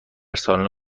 سالن